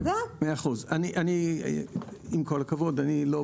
עם כל הכבוד, אני לא בעניין הזה.